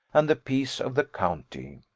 and the peace of the county.